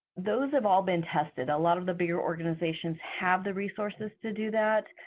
those have all been tested. a lot of the bigger organizations have the resources to do that.